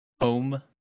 home